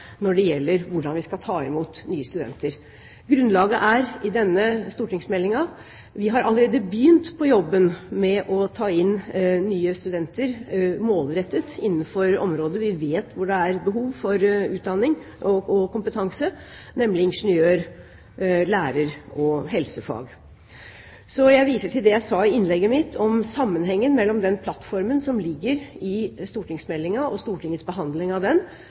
når det gjelder hvordan vi skal ta imot nye studenter. Grunnlaget er i denne stortingsmeldingen. Vi har allerede begynt på jobben med å ta inn nye studenter, målrettet innenfor området. Vi vet hvor det er behov for utdanning og kompetanse, nemlig innenfor ingeniør-, lærer- og helsefag. Så jeg viser til det jeg sa i innlegget mitt om sammenhengen mellom den plattformen som ligger i stortingsmeldingen og Stortingets behandling av den,